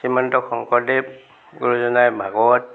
শ্ৰীমন্ত শংকৰদেৱ গুৰুজনাই ভাগৱত